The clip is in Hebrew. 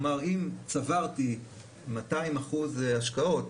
אם צברתי 200% השקעות,